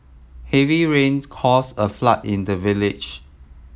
heavy rains caused a flood in the village